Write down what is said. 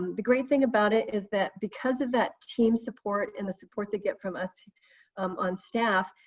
the great thing about it is that because of that team support and the support they get from us on staff,